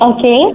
Okay